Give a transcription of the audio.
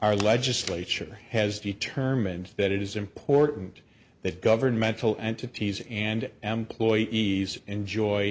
our legislature has determined that it is important that governmental entities and employees enjoy